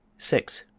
six.